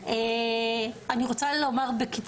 רבה לך אני עובר לליאת קוזמא בבקשה,